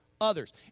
others